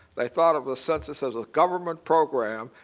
they thought of the census as a government program,